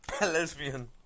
lesbian